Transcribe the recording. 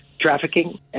trafficking